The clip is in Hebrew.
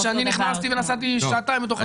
אם נכנסתי ונסעתי שעתיים בתוך הטבעת.